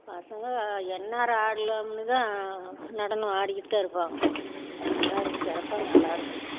பசங்கள் எந்நேரம் ஆடலாம்னுதான் நடனம் ஆடிகிட்டுதான் இருப்பாங்க நல்லாயிருக்கும் சிறப்பா நல்லாயிருக்கும்